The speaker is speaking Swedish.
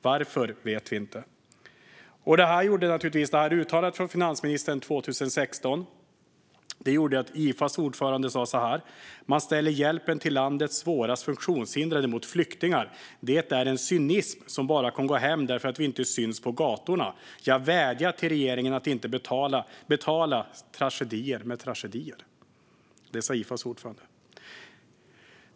Varför vet vi inte. Det här uttalandet från finansministern 2016 gjorde att Ifas ordförande sa: Man ställer hjälpen till landets svårast funktionshindrade mot flyktingar. Det är en cynism som bara kommer att gå hem därför att vi inte syns på gatorna. Jag vädjar till regeringen att inte betala tragedier med tragedier. Det sa Ifas ordförande.